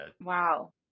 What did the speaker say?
wow